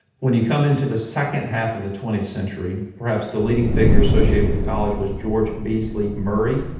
when you come into the second half of the twentieth century perhaps the leading figure associated with the college was george beasley-murray.